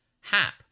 Hap